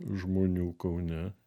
žmonių kaune